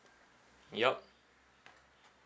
yup